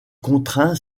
contraint